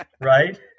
Right